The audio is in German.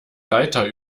reiter